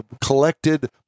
collected